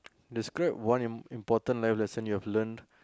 describe one im~ important life lesson you have learnt